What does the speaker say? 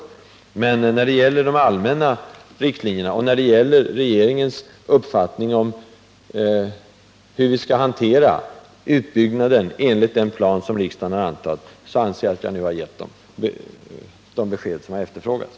Men när det gäller de allmänna riktlinjerna, liksom när det gäller regeringens uppfattning om hur vi skall hantera utbyggnaden enligt den plan som riksdagen har antagit, har jag besvarat interpellanternas frågor.